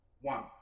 One